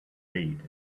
lead